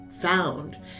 found